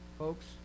Folks